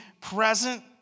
present